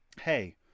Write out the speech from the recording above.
hey